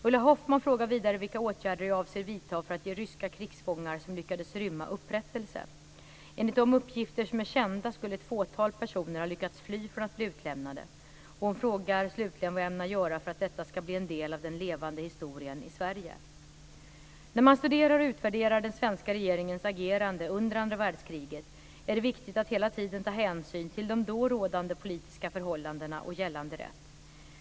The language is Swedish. Ulla Hoffmann frågar vidare vilka åtgärder jag avser vidta för att ge ryska krigsfångar som lyckades rymma upprättelse. Enligt de uppgifter som är kända skulle ett fåtal personer ha lyckats fly från att bli utlämnade. Hon frågar slutligen vad jag ämnar göra för att detta ska bli en del av den levande historien i När man studerar och utvärderar den svenska regeringens agerande under andra världskriget är det viktigt att hela tiden ta hänsyn till de då rådande politiska förhållandena och gällande rätt.